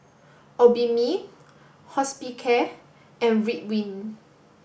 Obimin Hospicare and Ridwind